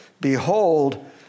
Behold